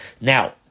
Now